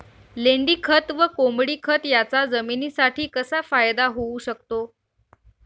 लेंडीखत व कोंबडीखत याचा जमिनीसाठी कसा फायदा होऊ शकतो?